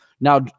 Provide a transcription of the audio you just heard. Now